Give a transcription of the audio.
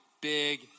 big